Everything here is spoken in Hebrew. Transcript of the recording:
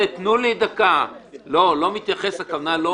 אני אצטרך אבל להתייחס --- איך אפשר לא להתייחס לחברי הכנסת?